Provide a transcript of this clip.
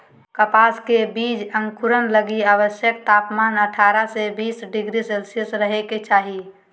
कपास के बीज के अंकुरण लगी आवश्यक तापमान अठारह से बीस डिग्री सेल्शियस रहे के चाही